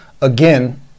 again